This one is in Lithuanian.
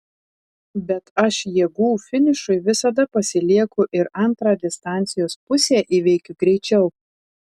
bet aš jėgų finišui visada pasilieku ir antrą distancijos pusę įveikiu greičiau